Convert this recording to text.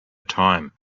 time